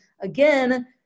again